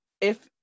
if-